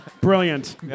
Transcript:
brilliant